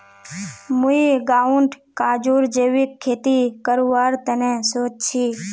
मुई गांउत काजूर जैविक खेती करवार तने सोच छि